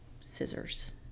scissors